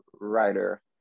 writer